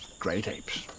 great apes.